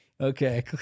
Okay